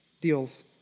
deals